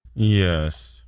Yes